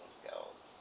skills